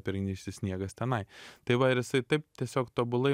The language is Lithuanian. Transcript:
pernykštis sniegas tenai tai va ir jisai taip tiesiog tobulai